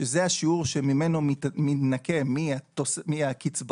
שזה השיעור שממנו מנתכה מהקצבאות,